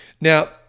Now